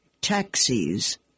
taxis